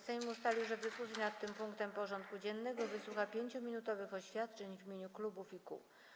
Sejm ustalił, że w dyskusji nad tym punktem porządku dziennego wysłucha 5-minutowych oświadczeń w imieniu klubów i kół.